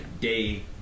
day